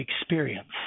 experience